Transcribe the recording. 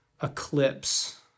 eclipse